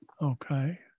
Okay